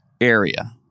area